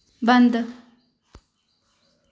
बंद